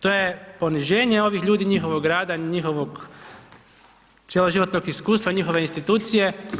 To je poniženje ovih ljudi i njihovog rada, njihovog cjeloživotnog iskustva i njihove institucije.